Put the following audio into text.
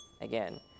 Again